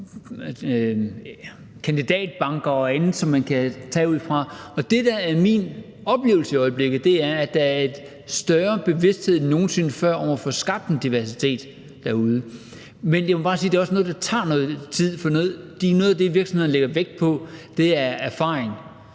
kandidatbanker og andet, som man kan tage ud fra. Og det, der er min oplevelse i øjeblikket, er, at der er en større bevidsthed end nogen sinde før om at få skabt en diversitet derude. Men jeg må bare sige, at det også er noget, der tager noget tid, for noget af det, virksomhederne lægger vægt på, er erfaring.